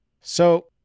So-